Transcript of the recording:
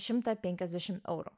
šimtą penkiasdešim eurų